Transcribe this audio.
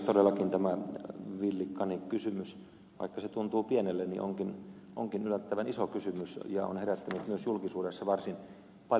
todellakin tämä villikani kysymys vaikka se tuntuu pienelle onkin yllättävän iso kysymys ja on herättänyt myös julkisuudessa varsin paljon keskustelua